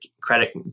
credit